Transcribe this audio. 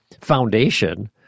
foundation